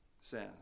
says